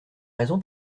raison